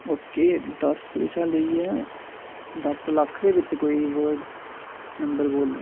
okay दस कशा लेइयै दस लक्ख दे बिच्च कोई वर्ड नंबर बोलने